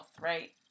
right